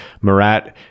Murat